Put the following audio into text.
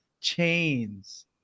chains